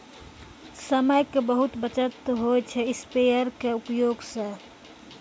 समय के बहुत बचत होय छै स्प्रेयर के उपयोग स